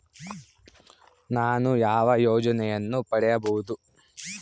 ನಾನು ಯಾವ ಯೋಜನೆಯನ್ನು ಪಡೆಯಬಹುದು?